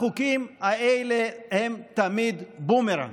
החוקים האלה הם תמיד בומרנג.